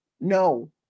no